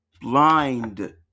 blind